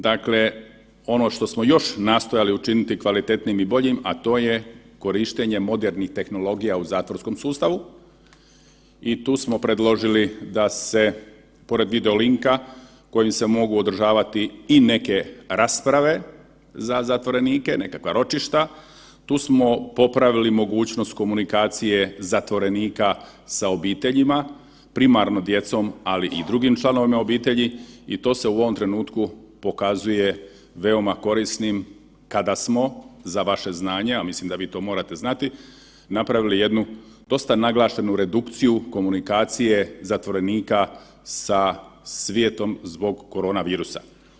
Dakle, ono što smo još nastojali učiniti kvalitetnim i boljim, a to je korištenje modernih tehnologija u zatvorskom sustavu i tu smo predložili da se pored video linka kojim se mogu održavati i neke rasprave za zatvorenike, nekakva ročišta, tu smo popravili mogućnost komunikacije zatvorenika sa obiteljima, primarno djecom, ali i drugim članovima obitelji i to se u ovom trenutku pokazuje veoma korisnim kada smo za vaše znanje, a mislim da vi to morate znati napravili jednu dosta naglašenu redukciju komunikacije zatvorenika sa svijetom zbog korona virusa.